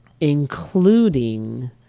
including